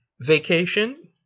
Vacation